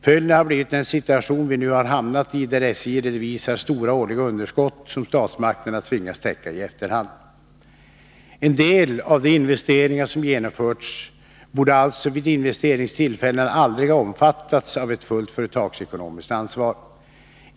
Följden har blivit den situation vi nu har hamnat i, där SJ redovisar stora årliga underskott, som statsmakterna tvingas täcka i efterhand. En del av de investeringar som genomförts borde alltså vid investeringstillfällena aldrig ha omfattats av ett fullt företagsekonomiskt ansvar.